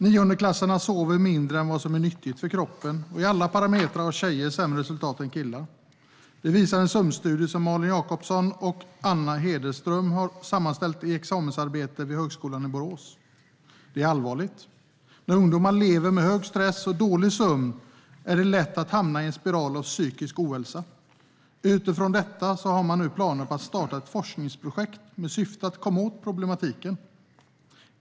Niondeklassarna sover mindre än vad som är nyttigt för kroppen, och i alla parametrar har tjejer sämre resultat än killar. Det visar en sömnstudie som Malin Jacobsson och Anna Hederström har sammanställt i sitt examensarbete vid Högskolan i Borås. Detta är allvarligt. När ungdomar lever med hög stress och dålig sömn är det lätt att hamna i en spiral av psykisk ohälsa. Utifrån detta har man nu planer på att starta ett forskningsprojekt med syfte att komma åt problematiken.